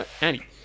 Annie